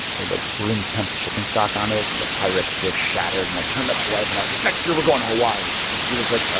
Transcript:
like, room temperature chicken stock on it. and the pyrex dish shattered. and i turned to my wife and i was like, next year, we're going to hawaii. and she was like,